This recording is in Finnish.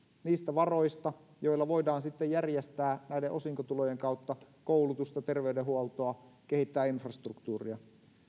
niistä varoista joilla voidaan sitten järjestää näiden osinkotulojen kautta koulutusta terveydenhuoltoa kehittää infrastruktuuria